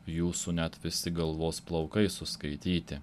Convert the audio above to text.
jūsų net visi galvos plaukai suskaityti